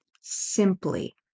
simply